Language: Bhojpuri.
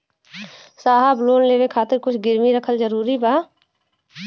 साहब लोन लेवे खातिर कुछ गिरवी रखल जरूरी बा?